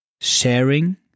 sharing